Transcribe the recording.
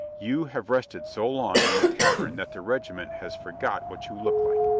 you have rested so long in the tavern that the regiment has forgot what you look like.